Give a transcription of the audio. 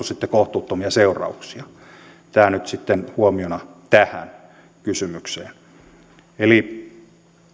sitten kohtuuttomia seurauksia tämä nyt sitten huomiona tähän kysymykseen eli